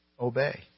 Obey